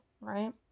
right